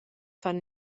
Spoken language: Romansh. fan